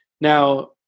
now